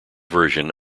version